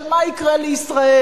של מה יקרה לישראל,